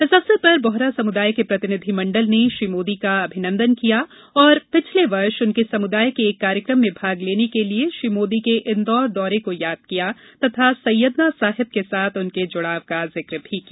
इस अवसर पर बोहरा समुदाय के प्रतिनिधि मण्डल ने श्री मोदी का अभिनन्दन किया और पिछले वर्ष उनके समुदाय के एक कार्यक्रम में भाग लेने के लिए श्री मोदी के इंदौर दौरे को याद किया तथा सैयदना साहिब के साथ उनके जुड़ाव का जिक्र किया